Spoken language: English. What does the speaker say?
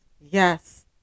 Yes